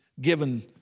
given